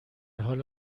حال